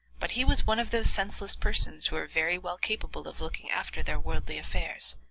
but he was one of those senseless persons who are very well capable of looking after their worldly affairs,